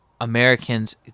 Americans